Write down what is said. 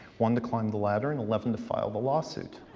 one to climb the ladder and eleven to file the lawsuit.